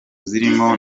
zirimo